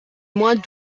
mois